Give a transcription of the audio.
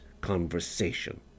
conversation